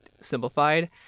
simplified